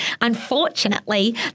unfortunately